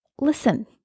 Listen